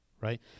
Right